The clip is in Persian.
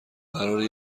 قراره